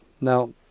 Now